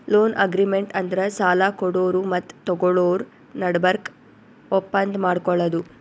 loan agreement ಅಂದ್ರ ಸಾಲ ಕೊಡೋರು ಮತ್ತ್ ತಗೋಳೋರ್ ನಡಬರ್ಕ್ ಒಪ್ಪಂದ್ ಮಾಡ್ಕೊಳದು